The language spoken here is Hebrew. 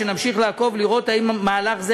נמשיך לעקוב ולראות אם המהלך הזה,